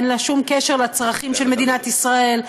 אין לה שום קשר לצרכים של מדינת ישראל,